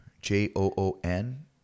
J-O-O-N